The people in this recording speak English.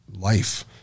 Life